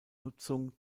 nutzung